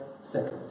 second